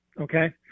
okay